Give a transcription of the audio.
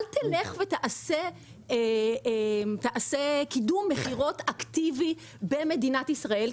אל תלך ותעשה קידום מכירות אקטיבי במדינת ישראל,